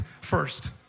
first